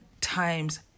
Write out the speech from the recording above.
times